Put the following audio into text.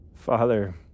Father